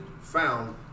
found